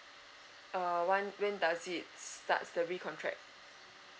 uh one when does it starts to recontract